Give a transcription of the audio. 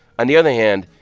on the other hand,